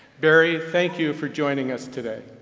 barry, thank you for joining us today.